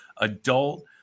adult